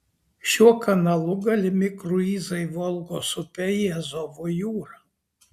šiuo kanalu galimi kruizai volgos upe į azovo jūrą